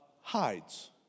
hides